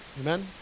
Amen